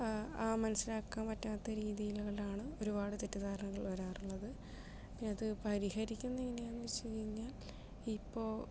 ആ ആ മനസ്സിലാക്കാൻ പറ്റാത്ത രീതികളിലാണ് ഒരുപാട് തെറ്റിദ്ധാരണകൾ വരാറുള്ളത് അത് പരിഹരിക്കുന്നത് എങ്ങനെയാണെന്ന് വെച്ച് കഴിഞ്ഞാൽ ഇപ്പോൾ